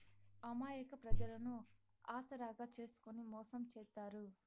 అమాయక ప్రజలను ఆసరాగా చేసుకుని మోసం చేత్తారు